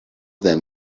them